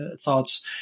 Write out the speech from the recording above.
thoughts